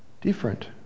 different